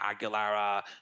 Aguilera